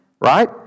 right